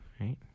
right